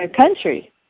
country